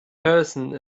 person